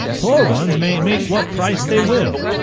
poor ones may make what price they will.